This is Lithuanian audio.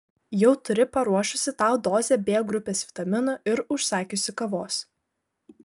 jau turi paruošusi tau dozę b grupės vitaminų ir užsakiusi kavos